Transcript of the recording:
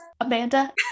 Amanda